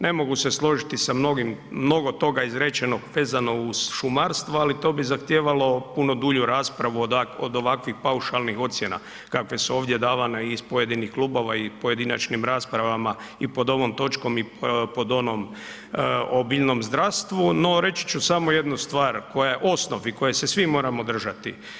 Ne mogu se složiti sa mnogo toga izrečenog vezano uz šumarstvo ali to bi zahtijevalo puno dulju raspravu od ovakvih paušalnih ocjena kakve su ovdje davane iz pojedinih klubova i u pojedinačnim raspravama i pod ovom točkom i pod onom o biljnom zdravstvu no reći ću samo jednu stvar koja je osnov i koje se svi moramo držati.